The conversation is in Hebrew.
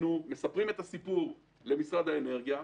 אנחנו מספרים את הסיפור למשרד האנרגיה,